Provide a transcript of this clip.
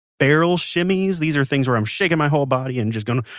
barrel shimmies, these are things where i'm shaking my whole body and just gonna.